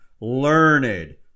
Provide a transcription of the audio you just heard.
learned